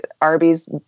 arby's